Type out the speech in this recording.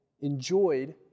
enjoyed